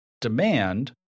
demand